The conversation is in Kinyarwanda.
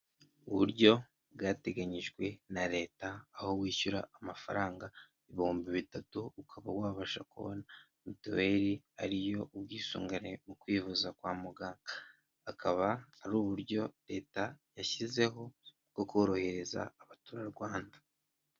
Uburyo bwateganyijwe na leta aho wishyura amafaranga ibihumbi bitatu ukaba wabasha kubona mituweli ariyo ubwisungane mu kwivuza kwa muganga, akaba ari uburyo leta yashyizeho bwo korohereza abaturarwanda.